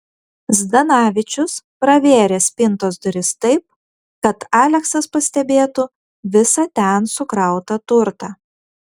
zdanavičius pravėrė spintos duris taip kad aleksas pastebėtų visą ten sukrautą turtą